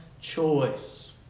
choice